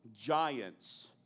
giants